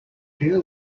trio